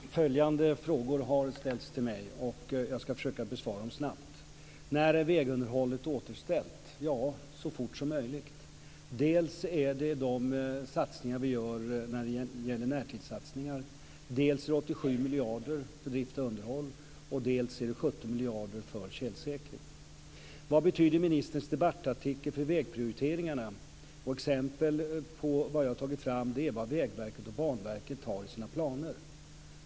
Herr talman! Ett antal frågor har ställts till mig, och jag ska försöka besvara dem snabbt. När är vägunderhållet återställt? Det är det så fort som möjligt. Det är bl.a. närtidssatsningarna, dels 87 Vad betyder ministerns debattartikel för vägprioriteringarna? Exempel på vad jag har tagit fram är vad Vägverket och Banverket har i sina planer.